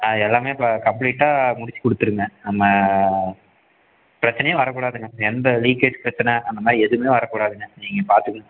அது எல்லாமே இப்போ கம்ப்ளீட்டாக முடித்து கொடுத்துருங்க நம்ம பிரச்சினையே வரக்கூடாதுங்க எந்த லீக்கேஜ் பிரச்சினை அந்தமாதிரி எதுவுமே வரக்கூடாதுங்க நீங்கள் பார்த்து